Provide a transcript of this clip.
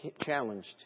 challenged